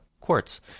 quartz